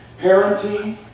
Parenting